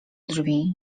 drzwi